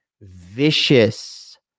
vicious